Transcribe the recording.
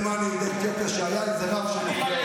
היה איזה רב.